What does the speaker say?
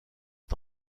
est